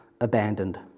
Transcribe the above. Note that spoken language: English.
abandoned